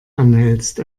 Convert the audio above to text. anhältst